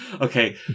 Okay